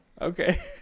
okay